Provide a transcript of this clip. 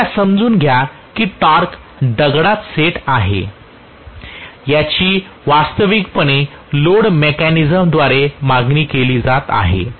कृपया समजून घ्या की टॉर्क दगडात सेट आहे याची वास्तविकपणे लोड मेकॅनिसम द्वारे मागणी केली गेली आहे